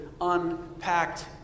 unpacked